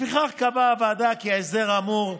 לפיכך קבעה הוועדה כי ההסדר האמור,